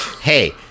Hey